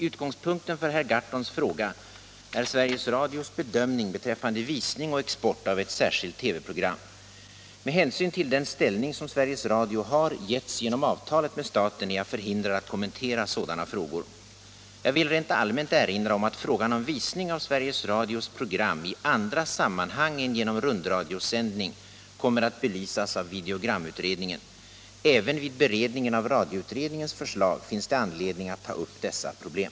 Utgångspunkten för herr Gahrtons fråga är Sveriges Radios bedömning beträffande visning och export av ett särskilt TV-program. Med hänsyn 131 till den ställning som Sveriges Radio har getts genom avtalet med staten är jag förhindrad att kommentera sådana frågor. Jag vill rent allmänt erinra om att frågan om visning av Sveriges Radios program i andra sammanhang än genom rundradiosändning kommer att belysas av videogramutredningen. Även vid beredningen av radioutredningens förslag finns det anledning att ta upp dessa problem.